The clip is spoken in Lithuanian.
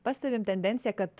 pastebim tendenciją kad